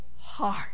heart